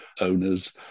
owners